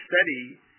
study